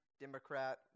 Democrat